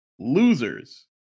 losers